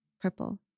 purple